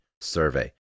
survey